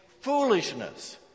foolishness